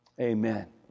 Amen